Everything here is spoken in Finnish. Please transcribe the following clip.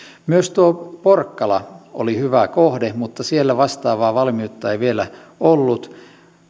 myös tuo porkkala oli hyvä kohde mutta siellä vastaavaa valmiutta ei vielä ollut